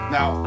Now